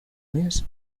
miss